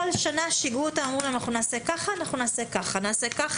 כל שנה שגעו אותנו ואמרו נעשה ככה ונעשה ככה.